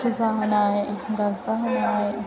फुजा होनाय गार्जा होनाय